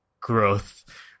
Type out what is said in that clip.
growth